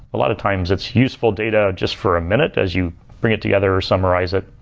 a lot of times it's useful data just for a minute as you bring it together or summarize it,